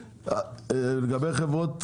לגבי חברות כלכליות,